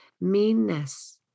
Meanness